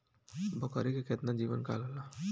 बकरी के केतना जीवन काल होला?